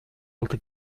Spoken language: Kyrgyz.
алты